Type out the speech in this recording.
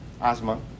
asthma